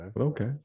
okay